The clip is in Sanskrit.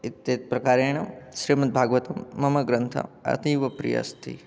इत्येतत् प्रकारेण श्रीमद्भागवतं मम ग्रन्थः अतीवप्रियः अस्ति